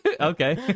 Okay